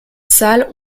salles